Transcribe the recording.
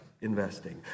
investing